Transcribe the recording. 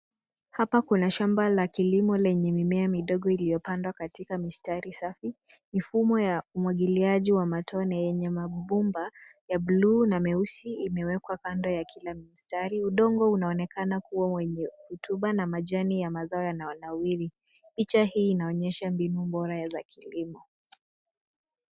Hapa kuna shamba la kilimo lenye mimea midogo iliyopandwa katika mistari safi. Mifumo ya umwagiliaji wa matone yenye mabomba ya buluu na meusi imewekwa kando ya kila mstari. Udongo unaonekana kuwa wenye rotuba na majani ya yanayonawiri. Picha hii inaonyesha mbinu bora ya kilimo.